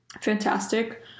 Fantastic